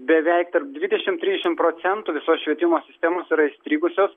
beveik tarp dvidešimt trisdešimt procentų visos švietimo sistemos yra įstrigusios